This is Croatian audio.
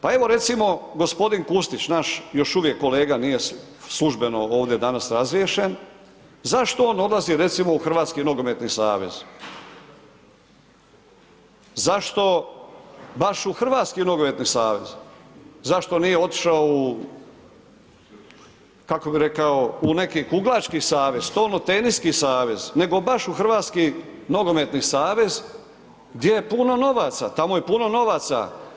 Pa evo recimo gospodin Kustić naš još uvijek kolega nije službeno ovdje danas razriješen, zašto on odlazi recimo u Hrvatski nogometni savez, zašto baš u Hrvatski nogometni savez, zašto nije otišao u kako bi rekao u neki kuglački savez, stolnoteniski savez, nego baš u Hrvatski nogometni savez gdje je puno novaca, tamo je puno novaca.